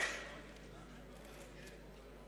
חברי ממשלה, לא נתקבלה.